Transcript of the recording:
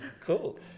Cool